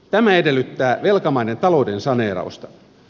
tämä edellyttää velkamaiden talouden saneerausta